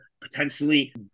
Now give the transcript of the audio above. potentially